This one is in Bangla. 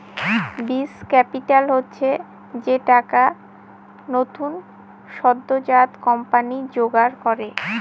বীজ ক্যাপিটাল হচ্ছে যে টাকা নতুন সদ্যোজাত কোম্পানি জোগাড় করে